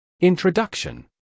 Introduction